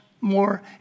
more